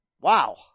wow